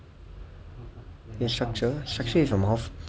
your structure structure of your mouth